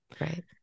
right